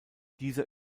dieser